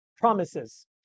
promises